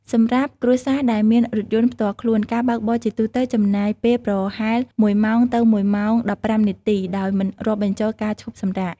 សម្រាប់គ្រួសារដែលមានរថយន្តផ្ទាល់ខ្លួន ការបើកបរជាទូទៅចំណាយពេលប្រហែល ១ ម៉ោងទៅ ១ ម៉ោង ១៥ នាទី ដោយមិនរាប់បញ្ចូលការឈប់សម្រាក។